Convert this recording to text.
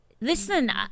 Listen